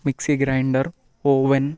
mixie grinder oven